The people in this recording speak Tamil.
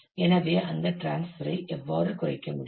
எனவே அந்த டிரான்ஸ்பர் ஐ எவ்வாறு குறைக்க முடியும்